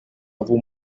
vous